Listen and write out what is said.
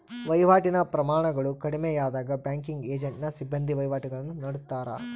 ವಹಿವಾಟಿನ ಪ್ರಮಾಣಗಳು ಕಡಿಮೆಯಾದಾಗ ಬ್ಯಾಂಕಿಂಗ್ ಏಜೆಂಟ್ನ ಸಿಬ್ಬಂದಿ ವಹಿವಾಟುಗುಳ್ನ ನಡತ್ತಾರ